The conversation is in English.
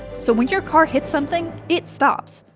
so when your car hits something, it stops,